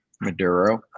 Maduro